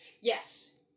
Yes